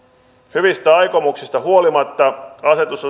hyvistä aikomuksista huolimatta asetus